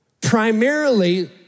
primarily